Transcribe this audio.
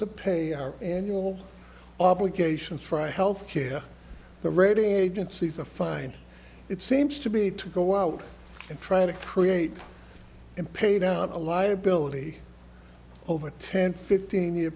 to pay our annual obligations for health care the rating agencies a fine it seems to me to go out and try to create and pay down a liability over a ten fifteen year